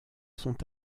sont